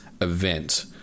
event